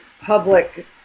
public